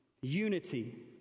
unity